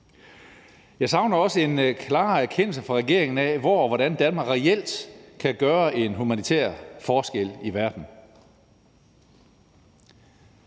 Jeg savner også en klarere erkendelse fra regeringen af, hvor og hvordan Danmark reelt kan gøre en humanitær forskel i verden.